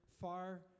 far